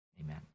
Amen